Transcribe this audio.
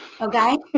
Okay